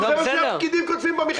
זה מה שהפקידים כותבים במכרז.